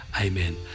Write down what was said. Amen